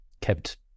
kept